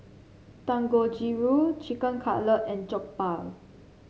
Dangojiru Chicken Cutlet and Jokbal